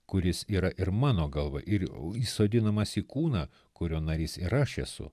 kuris yra ir mano galva ir įsodinamas į kūną kurio narys ir aš esu